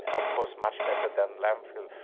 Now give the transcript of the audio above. and of course much better than landfill,